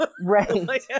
Right